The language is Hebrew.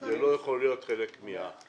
זה לא יכול להיות חלק מהשיטה.